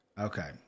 okay